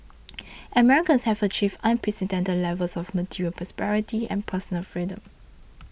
Americans have achieved unprecedented levels of material prosperity and personal freedom